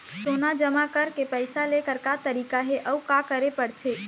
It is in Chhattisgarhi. सोना जमा करके पैसा लेकर का तरीका हे अउ का करे पड़थे?